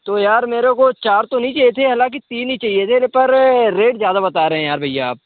तो यार मेरे को चार तो नहीं चाहिए थे हालांकि तीन ही चाहिए थे पर रेट ज़्यादा बता रहें हैं यार भैया आप